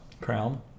crown